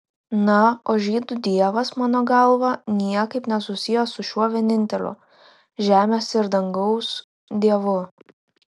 na o žydų dievas mano galva niekaip nesusijęs su šiuo vieninteliu žemės ir dangaus dievu